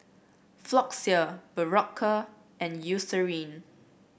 Floxia Berocca and Eucerin